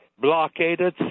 blockaded